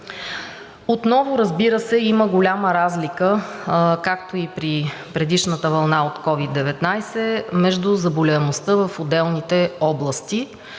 Отново, разбира се, има голяма разлика, както и при предишната вълна от COVID-19, между заболеваемостта в отделните области.